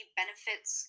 benefits